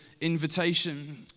invitation